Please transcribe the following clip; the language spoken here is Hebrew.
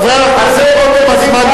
חבר הכנסת רותם.